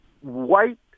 white